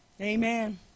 Amen